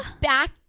back